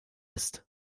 ist